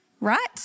right